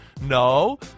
no